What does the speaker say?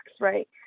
right